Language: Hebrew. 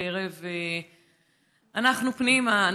אנחנו פנימה,